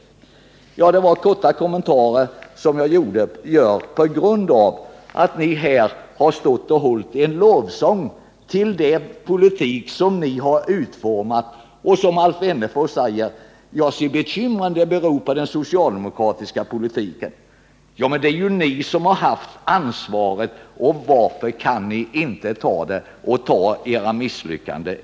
Detta var några korta kommentarer som jag ville göra på grund av att ni här har sjungit en lovsång över den politik som ni har utformat. Alf Wennerfors säger i detta sammanhang: Ja, se bekymren beror på den socialdemokratiska politiken. Men det är ju ni som har haft ansvaret. Varför kan ni inte ta det och erkänna era misslyckanden?